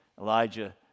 Elijah